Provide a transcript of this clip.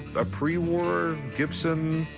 a pre-war gibson